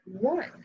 one